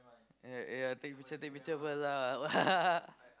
right yeah I take picture take picture first lah